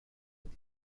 with